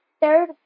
third